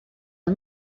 yng